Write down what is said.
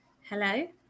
Hello